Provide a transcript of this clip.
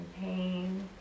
pain